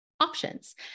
options